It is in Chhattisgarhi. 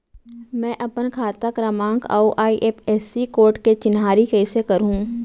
मैं अपन खाता क्रमाँक अऊ आई.एफ.एस.सी कोड के चिन्हारी कइसे करहूँ?